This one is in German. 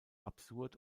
absurd